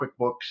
quickbooks